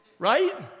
Right